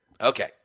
Okay